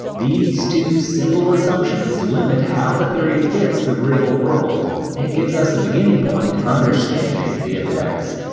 these two simple assumptions limit how the theory fits the real world it gives us a beginning point for understanding the effects.